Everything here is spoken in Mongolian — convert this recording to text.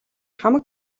хамаг